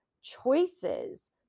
choices